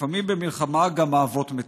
/ לפעמים במלחמה גם אהבות מתות,